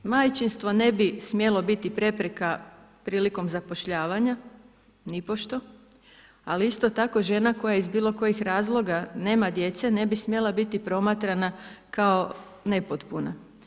Majčinstvo ne bi smjelo biti prepreka prilikom zapošljavanja, nipošto, ali isto tako žena koja iz bilo kojih razloga nema djece ne bi smjela biti promatrana kao nepotpuna.